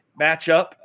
matchup